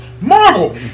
Marvel